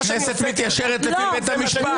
אז הכנסת מתיישרת לפי בית המשפט.